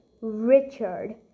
Richard